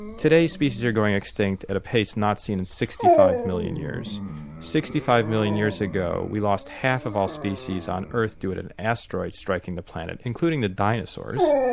today, species are going extinct at a pace not seen in sixty five million years sixty five million years ago we lost half of all species on earth due to an asteroid striking the planet, including the dinosaurs.